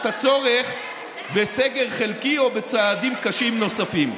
את הצורך בסגר חלקי או בצעדים קשים נוספים.